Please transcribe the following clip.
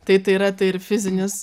tai tai yra tai ir fizinis